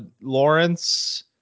Lawrence